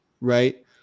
right